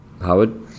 Howard